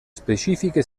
specifiche